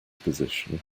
position